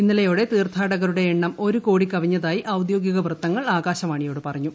ഇന്നലെയോടെ തീർത്ഥാടകരുടെ എണ്ണം ഒരുകോടി കവിഞ്ഞതായി ഔദ്യോഗിക വൃത്തങ്ങൾ ആകാശവാണിയോട് പറഞ്ഞു